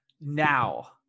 now